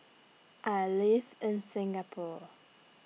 I live in Singapore